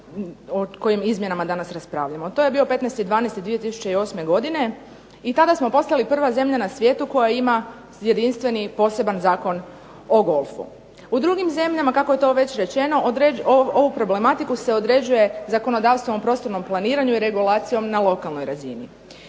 o kojim izmjenama danas raspravljamo. To je bio 15.12.2008. godine i tada smo postali prva zemlja na svijetu koja ima jedinstven i poseban Zakon o golfu. U drugim zemljama, kako je to već rečeno, ovu problematiku se određuje zakonodavstvom u prostornom planiranju i regulacijom na lokalnoj razini.